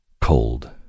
cold